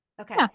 Okay